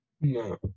No